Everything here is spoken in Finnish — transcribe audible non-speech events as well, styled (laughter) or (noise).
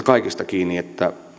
(unintelligible) kaikista kiinni